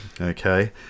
okay